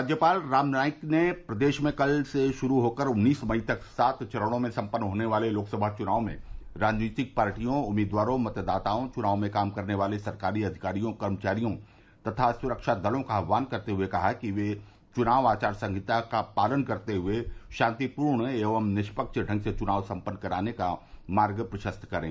राज्यपाल राम नाईक ने प्रदेश में कल से शुरू होकर उन्नीस मई तक सात चरणों में सम्पन्न होने वाले लोकसभा चुनाव में राजनैतिक पार्टियों उम्मीदवारों मतदाताओं चुनाव में काम करने वाले सरकारी अधिकारियों कर्मचारियों तथा सुरक्षा दलों का आह्वान करते हुए कहा कि वे चुनाव आचार संहिता का पालन करते हुये शांतिपूर्ण एवं निष्पक्ष ढंग से चुनाव सम्पन्न कराने का मार्ग प्रशस्त करें